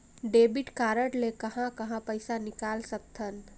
Debit card ले कहां कहां पइसा निकाल सकथन?